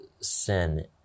sin